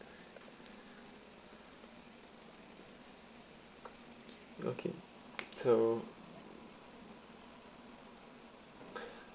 okay so